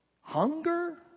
hunger